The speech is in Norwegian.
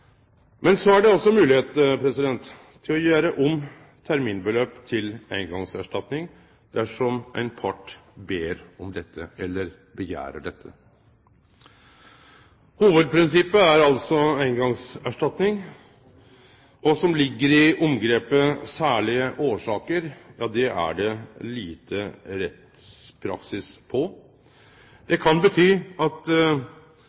Men så er det altså mogleg å gjere om terminbeløp til eingongserstatning, dersom ein part ber om dette eller krev det. Hovudprinsippet er altså eingongserstatning. Kva som ligg i omgrepet «særskilte årsaker», er det liten rettspraksis på. Det kan bety at